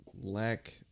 lack